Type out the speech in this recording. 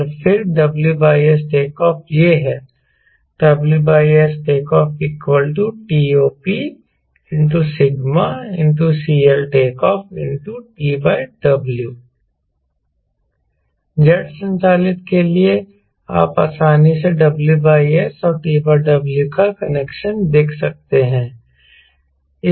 और फिर WSTO यह है WSTO σ CLTO TW जेट संचालित के लिए आप आसानी से WS और TW का कनेक्शन देख सकते हैं